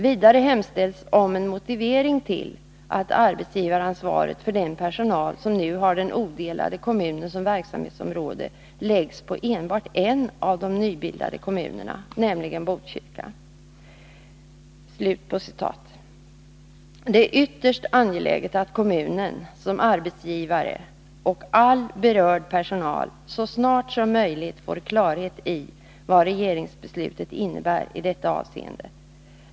Vidare hemställs om en motivering till att arbetsgivaransvaret för den personal som nu har den odelade kommunen som verksamhetsområde läggs på enbart en av de nybildade kommunerna, nämligen Botkyrka.” Det är ytterst angeläget att kommunen som arbetsgivare och all berörd personal så snart som möjligt får klarhet i vad regeringsbeslutet innebär i detta avseende.